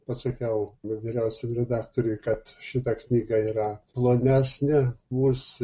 pasakiau vyriausiam redaktoriui kad šita knyga yra plonesnė bus